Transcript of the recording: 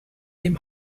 dem